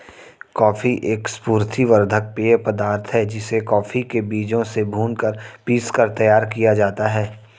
coffee एक स्फूर्ति वर्धक पेय पदार्थ है जिसे कॉफी के बीजों से भूनकर पीसकर तैयार किया जाता है